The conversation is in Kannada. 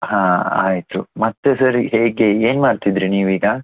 ಹಾಂ ಆಯಿತು ಮತ್ತೆ ಸರಿ ಹೇಗೆ ಏನು ಮಾಡ್ತಿದ್ರಿ ನೀವೀಗ